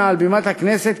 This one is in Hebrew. מעל בימת הכנסת,